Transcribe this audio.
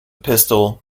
pistol